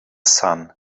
sun